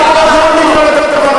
אז למה צריך חוק?